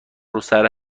روسر